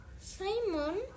Simon